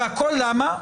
והכול למה?